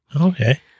Okay